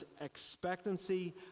expectancy